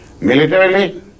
Militarily